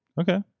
Okay